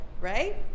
right